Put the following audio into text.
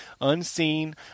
unseen